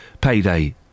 payday